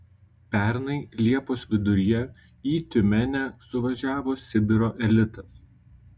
pernai liepos viduryje į tiumenę suvažiavo sibiro elitas